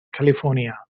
california